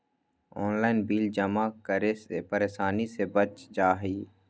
Online bill जमा करे से परेशानी से बच जाहई?